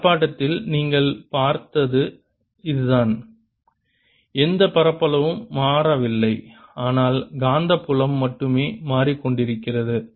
ஆர்ப்பாட்டத்தில் நீங்கள் பார்த்தது இதுதான் எந்த பரப்பளவும் மாறவில்லை ஆனால் காந்தப்புலம் மட்டுமே மாறிக்கொண்டிருந்தது